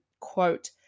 quote